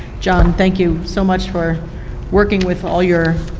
john, thank you so much for working with all your